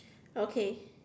okay